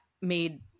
made